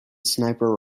sniper